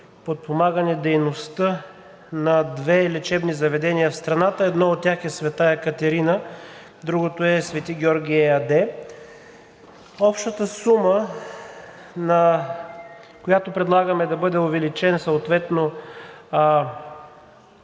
подпомагане дейността на две лечебни заведения в страната. Едното от тях е „Света Екатерина“, а другото е „Свети Георги“ ЕАД. Общата сума, която предлагаме да бъде увеличена, в нетен